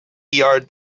yard